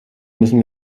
müssen